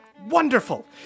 Wonderful